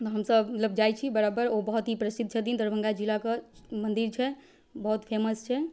हमसब मतलब जै छी बराबर ओ बहुत ही प्रसिद्ध छथिन दरभङ्गा जिलाके मन्दिर छै बहुत फेमस छै